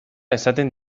esaten